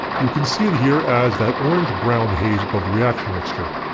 you can see it here as that orange brown haze above the reaction mixture.